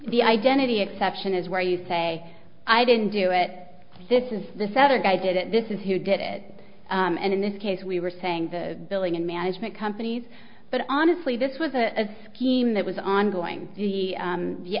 the identity exception is where you say i didn't do it this is the fetter guy did it this is who did it and in this case we were saying the billing and management companies but honestly this was a scheme that was ongoing the